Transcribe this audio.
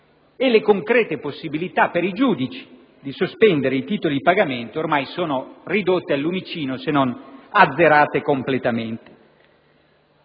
le concrete possibilità che hanno i giudici di sospendere i titoli di pagamento sono ormai ridotte al lumicino, se non azzerate completamente.